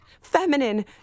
Feminine